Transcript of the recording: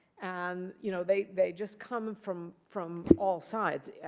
and you know they they just come from from all sides.